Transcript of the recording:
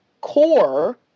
core